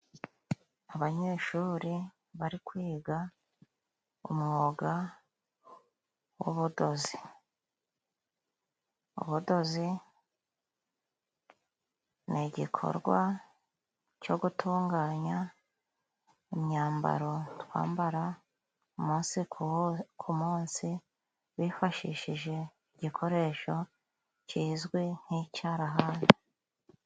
Abanyeshuri bari kwiga umwuga w'ubudozi. Ubudozi ni gikorwa cyo gutunganya imyambaro twambara umunsi ku munsi, bifashishije igikoresho kizwi nk'icarahani.